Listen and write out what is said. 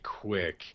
quick